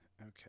Okay